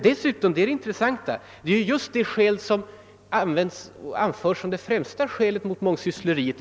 Dessutom är detta det främsta skäl som anförs i reservationen mot mångsyssleriet.